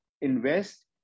invest